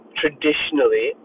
traditionally